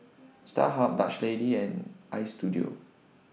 Starhub Dutch Lady and Istudio